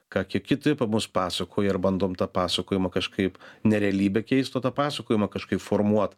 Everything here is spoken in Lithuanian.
ką ki kiti apie mus pasakoja ir bandom tą pasakojimą kažkaip ne realybę keist o tą pasakojimą kažkaip formuot